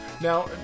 Now